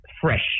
fresh